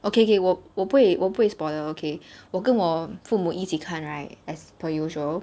okay K 我我不会我不会 spoiler okay 我跟我父母一起看 right as per usual